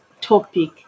topic